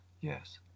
yes